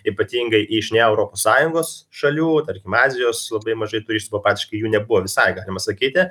ypatingai iš ne europos sąjungos šalių tarkim azijos labai mažai turistų nu praktiškai jų nebuvo visai galima sakyti